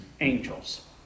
angels